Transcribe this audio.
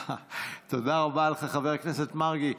תודה רבה לך, חבר הכנסת מרגי.